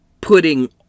putting